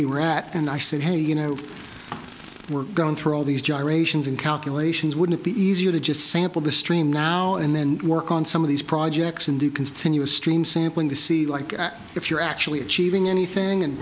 iraq and i said hey you know we're going through all these gyrations and calculations wouldn't be easier to just sample the stream now and then work on some of these projects and do continuous stream sampling to see like if you're actually achieving anything and